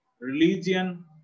religion